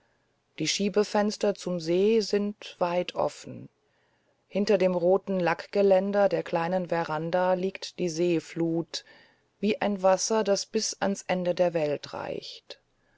die schiebefenster zum see sind weit offen hinter dem roten lackgeländer der kleinen veranda liegt die seeflut wie ein wasser das bis ans ende der welt reicht